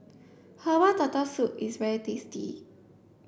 herbal turtle soup is very tasty